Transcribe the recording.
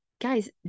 guys